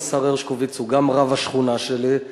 השר הרשקוביץ הוא גם רב השכונה שלי,